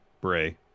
Bray